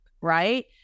right